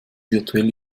virtuell